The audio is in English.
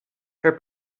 her